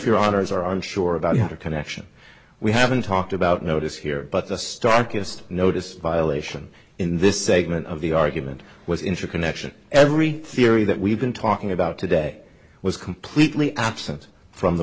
your honour's are i'm sure about a connection we haven't talked about notice here but the starkest notice violation in this segment of the argument was interconnection every theory that we've been talking about today was completely absent from the